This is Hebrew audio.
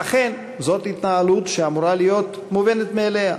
אכן, זאת התנהלות שאמורה להיות מובנת מאליה.